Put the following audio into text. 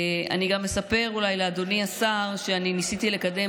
אני גם אספר לאדוני השר שאני ניסיתי לקדם